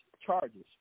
charges